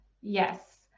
Yes